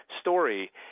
story